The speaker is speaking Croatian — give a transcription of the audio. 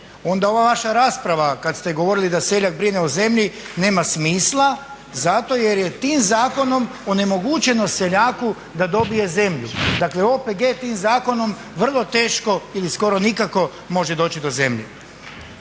onda ova vaša rasprava kad ste govorili da seljak brine o zemlji nema smisla zato jer je tim zakonom onemogućeno seljaku da dobije zemlju. Dakle, OPG tim zakonom vrlo teško ili skoro nikako može doći do zemlje.